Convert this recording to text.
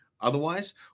Otherwise